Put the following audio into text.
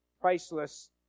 priceless